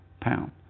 pound